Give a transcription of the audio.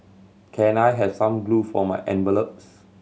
can I have some glue for my envelopes